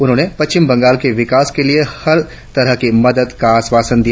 उन्होंने पश्चिम बंगाल के विकास के लिए हर तरह की मदद का आश्वासन भी दिया